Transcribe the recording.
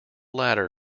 latter